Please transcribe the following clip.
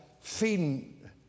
feeding